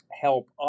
help